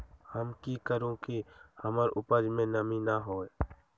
हम की करू की हमर उपज में नमी न होए?